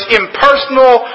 impersonal